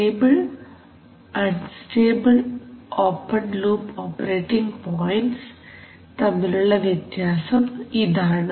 stable unstable open loop operating points തമ്മിലുള്ള വ്യത്യാസം ഇതാണ്